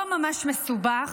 לא ממש מסובך,